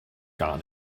gar